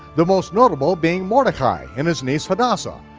the most notable being mordechai, and his niece hadassah,